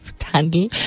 handle